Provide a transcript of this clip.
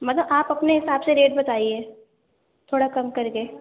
مطلب آپ اپنے حساب سے ریٹ بتائیے تھوڑا کم کر کے